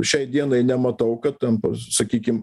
šiai dienai nematau kad tampa sakykim